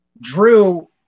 Drew